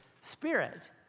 spirit